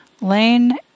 Lane